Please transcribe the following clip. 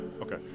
Okay